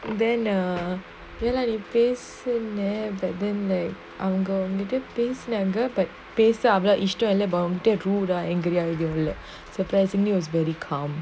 and then uh ya lah you face so meh but then like அவங்கவந்துட்டு:avanga vandhutu angry பேசஅவ்ளோஇஷ்டம்இல்ல:pesa avlo istam illa surprisingly was very calm